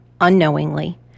unknowingly